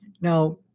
Now